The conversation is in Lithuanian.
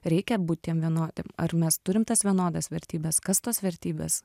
reikia būt tiem vienodiem ar mes turim tas vienodas vertybes kas tos vertybės